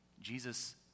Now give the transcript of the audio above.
Jesus